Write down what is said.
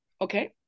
Okay